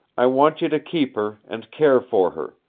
i want you to keep her, and care for her,